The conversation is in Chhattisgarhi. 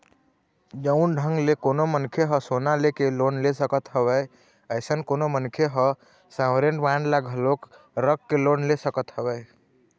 जउन ढंग ले कोनो मनखे ह सोना लेके लोन ले सकत हवय अइसन कोनो मनखे ह सॉवरेन बांड ल घलोक रख के लोन ले सकत हवय